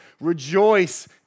Rejoice